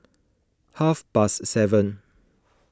half past seven